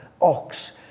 ox